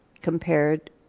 compared